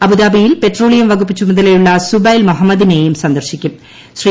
അബുദാബിയിൽ പെട്രോളിയം വകുപ്പ് ചുമതലയുള്ള സുബൈൽ മൊഹമ്മദിനെയും ശ്രീ